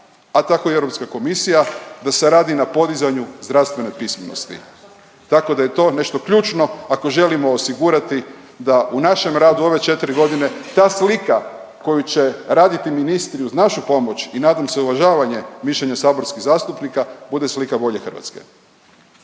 a tako i Europska komisija da se radi na podizanju zdravstvene pismenosti, tako da je to nešto ključno ako želimo osigurati da u našem radu u ove četiri godine ta slika koju će raditi ministri uz našu pomoć i nadam se uvažavanje mišljenja saborskih zastupnika bude slika bolje Hrvatske.